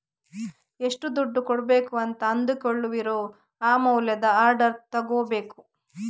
ಎಷ್ಟು ದುಡ್ಡು ಕೊಡ್ಬೇಕು ಅಂತ ಅಂದುಕೊಳ್ಳುವಿರೋ ಆ ಮೌಲ್ಯದ ಆರ್ಡರ್ ತಗೋಬೇಕು